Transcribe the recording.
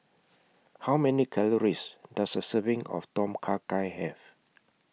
How Many Calories Does A Serving of Tom Kha Gai Have